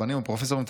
רבנים ופרופסורים,